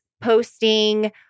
posting